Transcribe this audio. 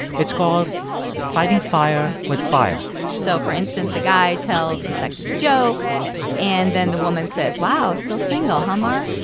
it's called fighting fire with fire so, for instance, a guy tells a sexist joke and then the woman says, wow, still single, huh, um mark,